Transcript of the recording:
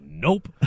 Nope